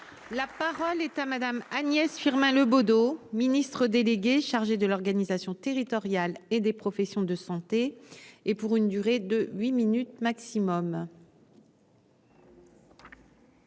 La parole est à Madame Agnès. Firmin Le Bodo Ministre délégué chargé de l'organisation territoriale et des professions de santé et pour une durée de 8 minutes maximum.